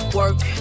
work